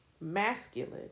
masculine